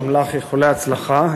גם לך איחולי הצלחה,